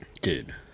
good